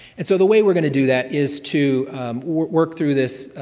and so the way we're going to do that is to work through this,